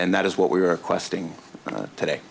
and that is what we are questing today